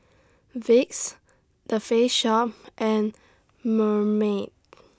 Vicks The Face Shop and Marmite